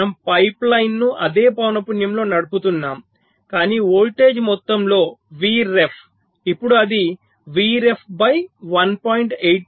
మనము పైప్లైన్ను అదే పౌనపున్యంలో నడుపుతున్నాము కాని వోల్టేజ్ మొదట్లో Vref ఇప్పుడు అది Vref బై 1